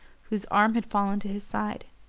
whose arm had fallen to his side.